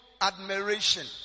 admiration